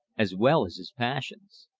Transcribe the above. as well as his passions.